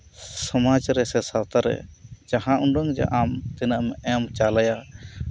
ᱥᱚᱢᱟᱡᱽ ᱨᱮ ᱥᱮ ᱥᱟᱶᱛᱟᱨᱮ ᱡᱟᱦᱟᱸ ᱩᱰᱟᱹᱝ ᱟᱢ ᱛᱤᱱᱟᱹᱜᱮᱢ ᱮᱢ ᱪᱟᱞᱟᱭᱟ